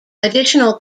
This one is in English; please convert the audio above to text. additional